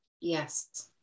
Yes